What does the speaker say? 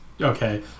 okay